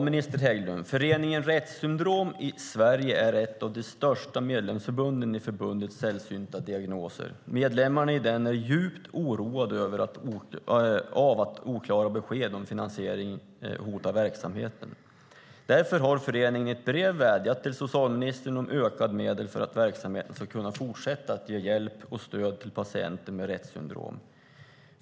Fru talman! Föreningen Rett Syndrom i Sverige är ett av de största medlemsförbunden i Riksförbundet Sällsynta diagnoser, minister Hägglund. Medlemmarna i föreningen är djupt oroade av att oklara besked om finansiering hotar verksamheten. Därför har föreningen i ett brev vädjat till socialministern om ökade medel för att verksamheten ska kunna fortsätta ge hjälp och stöd till patienter med Retts syndrom.